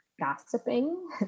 gossiping